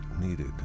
needed